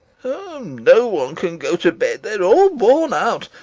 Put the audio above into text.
no one can go to bed. they are all worn out,